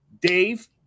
Dave